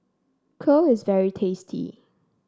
Kheer is very tasty